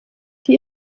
die